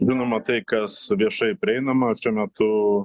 žinoma tai kas viešai prieinama šiuo metu